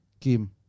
Kim